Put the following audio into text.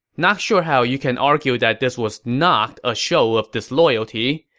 not sure how you can argue that this was not a show of disloyalty,